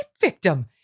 victim